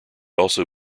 also